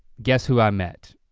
guess who i met?